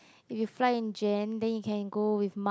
if you fly in Jan then you can go with Mar